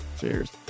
Cheers